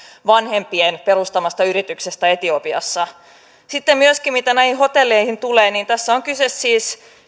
vanhempien perustamalta yritykseltä etiopiassa sitten myöskin mitä näihin hotelleihin tulee tässä on kyse siis